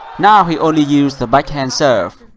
now, he only used the backhand serve.